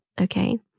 okay